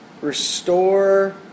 Restore